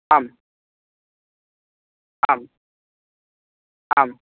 आम् आम् आम्